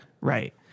Right